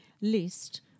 list